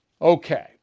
Okay